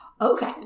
Okay